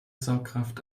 saugkraft